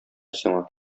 сиңа